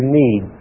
need